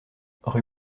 rue